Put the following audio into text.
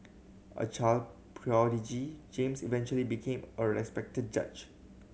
a child prodigy James eventually became a respected judge